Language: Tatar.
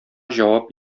җавап